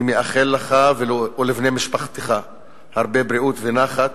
אני מאחל לך ולבני משפחתך הרבה בריאות ונחת